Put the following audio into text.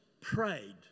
prayed